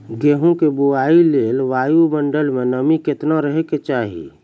गेहूँ के बुआई लेल वायु मंडल मे नमी केतना रहे के चाहि?